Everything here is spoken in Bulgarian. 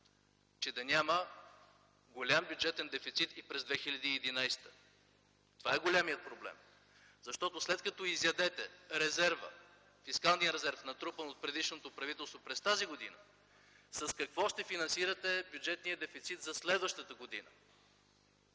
че да няма голям бюджетен дефицит и през 2011 г.? Това е големият проблем. Защото след като изядете резерва, фискалният резерв, натрупан от предишното правителство през тази година – с какво ще финансирате бюджетния дефицит за следващата година?